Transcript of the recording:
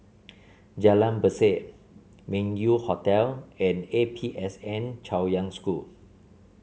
Jalan Berseh Meng Yew Hotel and A P S N Chaoyang School